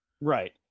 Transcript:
Right